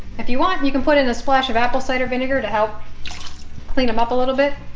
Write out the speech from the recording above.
if you want you can put in a splash of apple cider vinegar to help clean them up a little bit